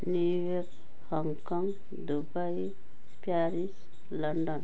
New York Hong Kong Dubai Paris London